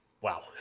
wow